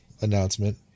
announcement